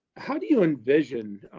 how do you envision,